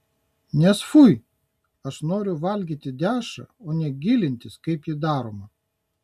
nes fui aš noriu valgyti dešrą o ne gilintis kaip ji daroma